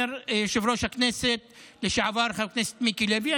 אומר יושב-ראש הכנסת לשעבר חבר הכנסת מיקי לוי,